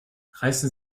reißen